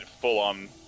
Full-on